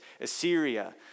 Assyria